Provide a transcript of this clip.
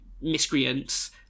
Miscreants